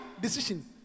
decision